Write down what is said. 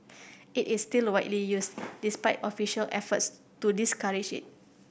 it is still widely used despite official efforts to discourage it